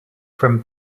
from